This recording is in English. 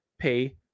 pay